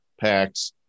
packs